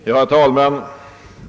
Herr talman!